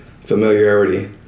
familiarity